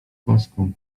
boską